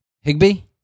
Higby